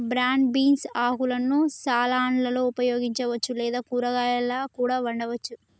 broad beans ఆకులను సలాడ్లలో ఉపయోగించవచ్చు లేదా కూరగాయాలా కూడా వండవచ్చు